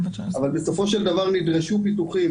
אבל בסופו של דבר נדרשו פיתוחים.